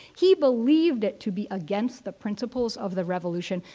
he believed it to be against the principles of the revolution,